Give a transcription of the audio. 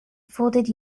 folded